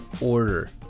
order